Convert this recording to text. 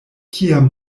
kiam